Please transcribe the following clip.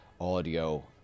Audio